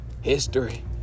History